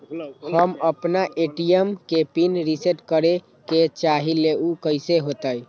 हम अपना ए.टी.एम के पिन रिसेट करे के चाहईले उ कईसे होतई?